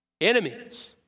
Enemies